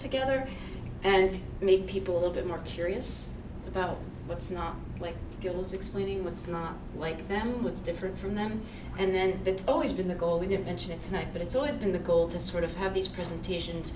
together and meet people all of them are curious about what's not like girls explaining what's not like them what's different from them and then that's always been the goal we didn't mention it tonight but it's always been the goal to sort of have these presentations